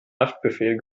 haftbefehl